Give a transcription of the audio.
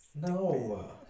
No